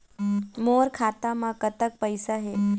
मोर खाता म कतक पैसा हे?